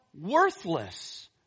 worthless